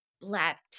black